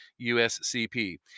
USCP